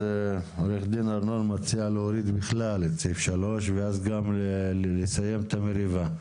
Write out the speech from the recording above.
עו"ד אמנון מציע להוריד בכלל את סעיף 3 ואז גם לסיים את המריבה.